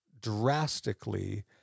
drastically